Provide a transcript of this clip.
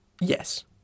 Yes